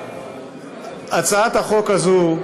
הצעת החוק הזו,